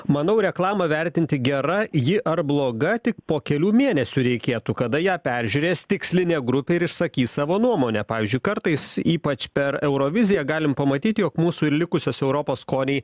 manau reklamą vertinti gera ji ar bloga tik po kelių mėnesių reikėtų kada ją peržiūrės tikslinė grupė ir išsakys savo nuomonę pavyzdžiui kartais ypač per euroviziją galim pamatyt jog mūsų ir likusios europos skoniai